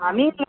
আমিই